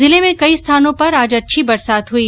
जिले में कई स्थानो पर आज अच्छी बरसात हई